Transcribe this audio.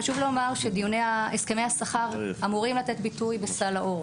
חשוב לומר שהסכמי השכר אמורים לתת ביטוי בסל האור.